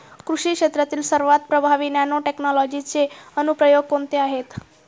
कृषी क्षेत्रातील सर्वात प्रभावी नॅनोटेक्नॉलॉजीचे अनुप्रयोग कोणते आहेत?